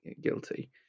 guilty